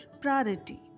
priority